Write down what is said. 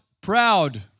proud